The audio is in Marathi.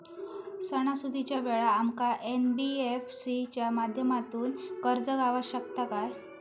सणासुदीच्या वेळा आमका एन.बी.एफ.सी च्या माध्यमातून कर्ज गावात शकता काय?